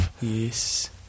Yes